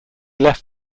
left